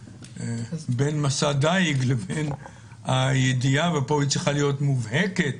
בין מסע דיג לבין הידיעה ופה היא צריכה להיות מובהקת